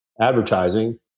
Advertising